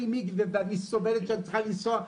לי מקווה ואני סובלת ואני צריכה לנסוע,